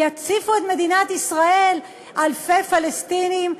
יציפו את מדינת ישראל אלפי פלסטינים.